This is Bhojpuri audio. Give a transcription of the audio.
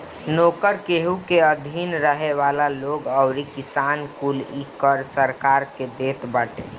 नोकर, केहू के अधीन रहे वाला लोग अउरी किसान कुल इ कर सरकार के देत बाटे